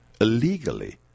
illegally